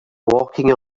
walking